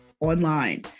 online